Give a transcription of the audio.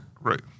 right